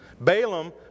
Balaam